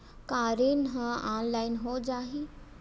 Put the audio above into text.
का ऋण ह ऑनलाइन हो जाही?